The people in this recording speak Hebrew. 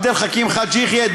עבד אל חכים חאג' יחיא,